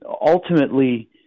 Ultimately